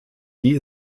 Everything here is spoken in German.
die